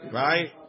right